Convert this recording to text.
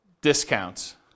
discounts